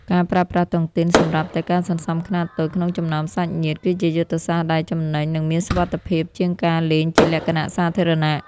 ការប្រើប្រាស់តុងទីនសម្រាប់តែការសន្សំខ្នាតតូចក្នុងចំណោមសាច់ញាតិ គឺជាយុទ្ធសាស្ត្រដែលចំណេញ និងមានសុវត្ថិភាពជាងការលេងជាលក្ខណៈសាធារណៈ។